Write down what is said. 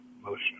motion